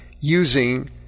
using